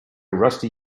rusty